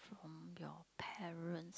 your parents